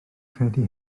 credu